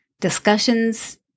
Discussions